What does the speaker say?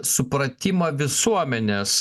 supratimą visuomenės